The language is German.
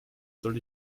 soll